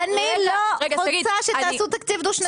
אני לא רוצה שתעשו תקציב דו שנתי בשום מצב.